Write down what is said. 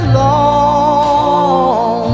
long